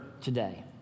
today